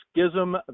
schism